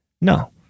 No